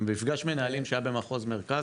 במפגש מנהלים שהיה במחוז מרכז,